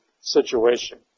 situation